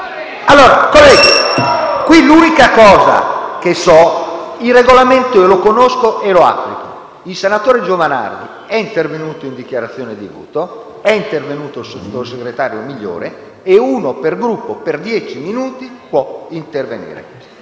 Colleghi, qui l'unica cosa certa è che il Regolamento lo conosco e lo applico. Il senatore Giovanardi è intervenuto in dichiarazione di voto, è poi intervenuto il sottosegretario Migliore, ed un senatore per Gruppo per dieci minuti può intervenire.